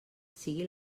sigui